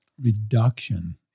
reduction